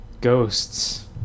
Ghosts